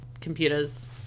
computers